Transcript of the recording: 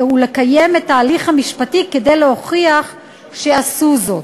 ולקיים את ההליך המשפטי כדי להוכיח שעשו זאת,